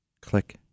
Click